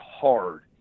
hard